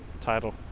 title